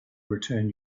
return